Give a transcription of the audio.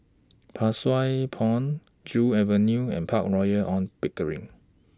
Pang Sua Pond Joo Avenue and Park Royal on Pickering